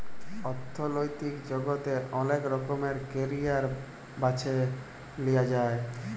অথ্থলৈতিক জগতে অলেক রকমের ক্যারিয়ার বাছে লিঁয়া যায়